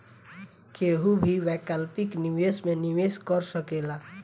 केहू भी वैकल्पिक निवेश में निवेश कर सकेला